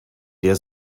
der